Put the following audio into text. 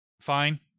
fine